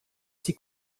sie